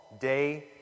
day